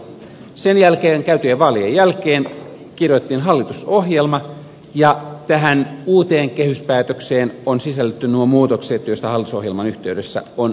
sen jälkeen käytyjen vaalien jälkeen kirjoitettiin hallitusohjelma ja tähän uuteen kehyspäätökseen on sisällytetty nuo muutokset joista hallitusohjelman yhteydessä on sovittu